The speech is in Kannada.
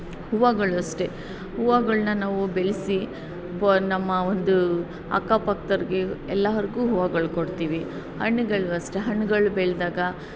ಹೂವುಗಳು ಅಷ್ಟೇ ಹೂವುಗಳ್ನ ನಾವು ಬೆಳೆಸಿ ನಮ್ಮ ಒಂದು ಅಕ್ಕಪಕ್ಕದವ್ರಿಗೆ ಎಲ್ಲಾರಿಗೂ ಹೂವುಗಳ ಕೊಡ್ತೀವಿ ಹಣ್ಣುಗಳು ಅಷ್ಟೇ ಹಣ್ಣುಗಳು ಬೆಳೆದಾಗ